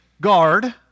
guard